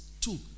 two